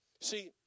See